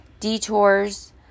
detours